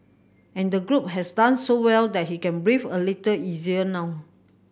and the group has done so well that he can breathe a little easier now